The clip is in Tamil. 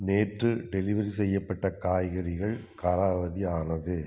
நேற்று டெலிவெரி செய்யப்பட்ட காய்கறிகள் காலாவதி ஆனது